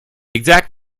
exact